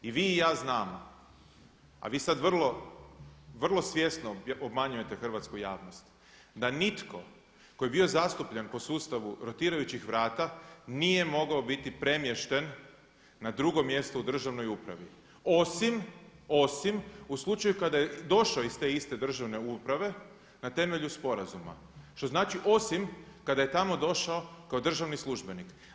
I vi i ja znamo, a vi sada vrlo svjesno obmanjujete hrvatsku javnost da nitko tko je bio zastupljen po sustavu rotirajućih vrata nije mogao biti premješten na drugo mjesto u državnoj upravi osim, osim u slučaju kada je došao iz te iste državne uprave na temelju sporazuma, što znači osim kada je tamo došao kao državni službeni.